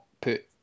put